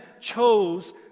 chose